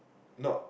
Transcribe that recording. not